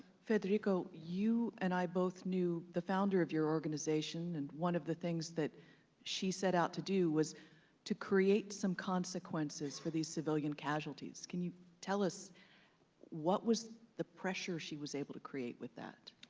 federico, you and i both knew the founder of your organization, and one of the things that she set out to do was to create some consequences for these civilian casualties. can you tell us what was the pressure she was able to create with that?